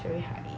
it's very high